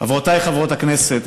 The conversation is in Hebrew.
חברותיי חברות הכנסת,